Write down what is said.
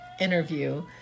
interview